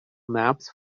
maps